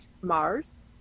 Mars